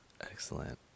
Excellent